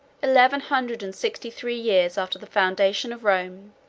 eleven hundred and sixty-three years after the foundation of rome,